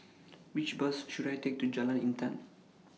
Which Bus should I Take to Jalan Intan